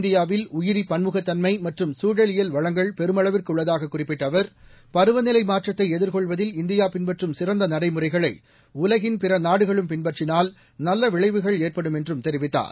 இந்தியாவில் உயிரி பன்முகத்தன்மை மற்றும் சூழலியல் வளங்கள் பெருமளவிற்கு உள்ளதாக குறிப்பிட்ட அவர் பருவநிலை மாற்றத்தை எதிர்கொள்வதில் இந்தியா பின்பற்றும் சிறந்த நடைமுறைகளை உலகின் பிற நாடுகளும் பின்பற்றினால் நல்ல விளைவுகள் ஏற்படும் என்றும் தெரிவித்தார்